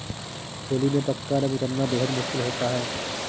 होली में पक्का रंग उतरना बेहद मुश्किल होता है